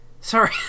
Sorry